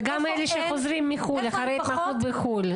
וגם אלה שחוזרים מחו"ל, אחרי התמחות בחו"ל.